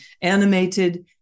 animated